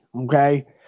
okay